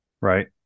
right